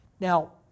Now